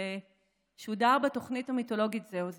ששודר בתוכנית המיתולוגית זהו זה.